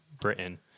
Britain